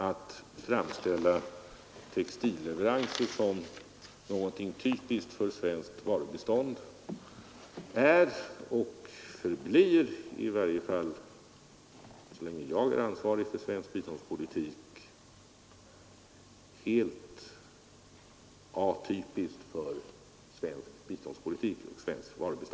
Att framställa textilleveransen som något typiskt för svenskt varubistånd är och förblir — i varje fall så länge jag är ansvarig för svensk biståndspolitik — en orimlighet.